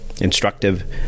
instructive